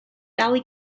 valley